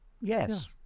yes